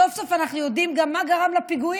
סוף-סוף אנחנו יודעים גם מה גרם לפיגועים.